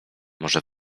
może